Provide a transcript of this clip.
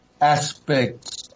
aspects